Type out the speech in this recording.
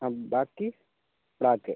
ബാക്കി ബ്ലാക്ക്